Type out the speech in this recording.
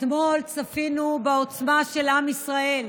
אתמול צפינו בעוצמה של עם ישראל.